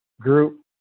group